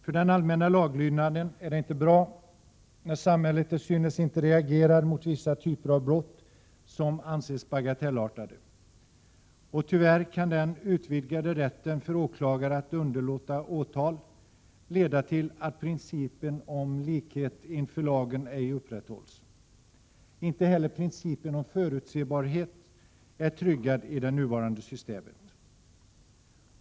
För den allmänna laglydnaden är det inte bra när samhället till synes inte reagerar mot vissa typer av brott som anses bagatellartade. Och tyvärr kan den utvidgade rätten för åklagare att underlåta åtal leda till att principen om likhet inför lagen inte upprätthålls. Inte heller principen om förutsebarhet är tryggad i det nuvarande systemet.